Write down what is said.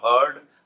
heard